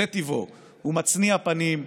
זה טיבו! הוא מצניע פנים,